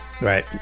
Right